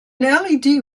led